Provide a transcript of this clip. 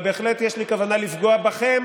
אבל בהחלט יש לי כוונה לפגוע בכם.